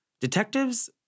detectives